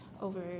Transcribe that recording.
over